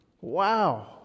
Wow